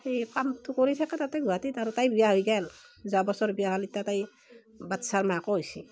সি কামটো কৰি থাকে তাতে গুৱাহাটীত আৰু তাই বিয়া হৈ গ'ল যোৱা বছৰ বিয়া হ'ল ইতা তাই বাচ্ছাৰ মাকো হৈছে